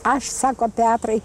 aš sako petrai